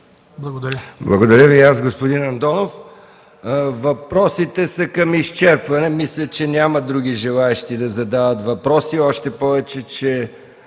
Благодаря и аз, господин Андонов. Въпросите са към изчерпване. Мисля, че няма други желаещи да задават въпроси. Още повече